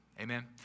Amen